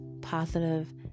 positive